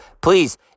please